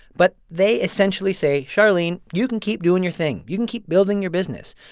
but they essentially say, charlene, you can keep doing your thing. you can keep building your business.